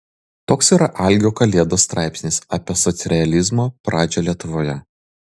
toks yra algio kalėdos straipsnis apie socrealizmo pradžią lietuvoje